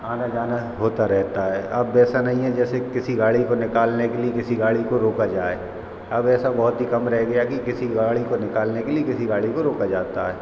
आना जाना होता रहता है अब वैसा नहीं है जैसे किसी गाड़ी को निकालने के लिए किसी गाड़ी जो रोका जाए अब ऐसा बहुत ही कम रह गया कि किसी गाड़ी को निकालने के लिए किसी गाड़ी को रोका जाता है